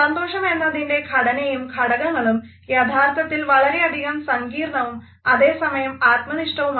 സന്തോഷം എന്നതിൻറെ ഘടനയും ഘടകങ്ങളും യഥാർത്ഥത്തിൽ വളരെയധികം സങ്കീർണ്ണവും അതേസമയം ആത്മനിഷ്ഠവുമാണ്